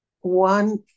One